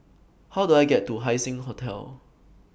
How Do I get to Haising Hotel